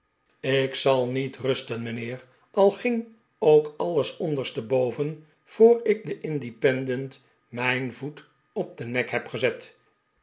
ik zal niet rusten mijnheer al ging ook alles onderste boven voor ik den independent mijn voet op den nek heb gezet